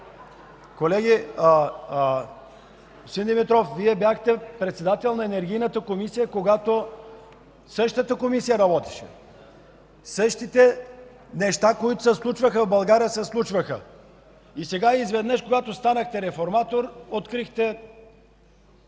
Господин Димитров, Вие бяхте председател на Енергийната комисия, когато същата Комисия работеше, същите неща се случваха в България и сега и изведнъж, когато станахте реформатор открихте